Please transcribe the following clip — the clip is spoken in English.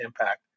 impact